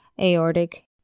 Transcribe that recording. Aortic